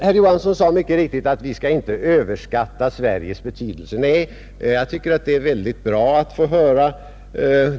Herr Johansson sade mycket riktigt att vi inte bör överskatta Sveriges betydelse, Det tycker jag det är bra att få höra.